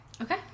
Okay